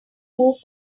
move